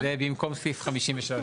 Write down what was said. ובמקום סעיף 53,